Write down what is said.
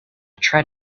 tried